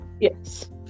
Yes